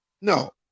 No